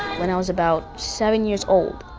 when i was about seven years old,